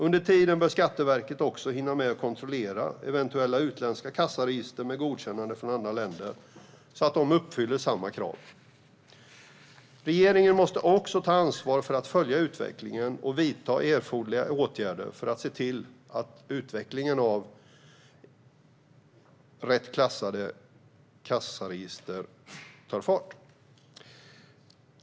Under tiden bör Skatteverket också hinna med att kontrollera eventuella utländska kassaregister med godkännande från andra länder, så att de uppfyller samma krav. Regeringen måste också ta ansvar för att följa utvecklingen och vidta erforderliga åtgärder för att se till att utvecklingen av rätt klassade kassaregister tar fart.